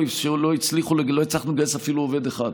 לא הצלחנו לגייס אפילו עובד אחד.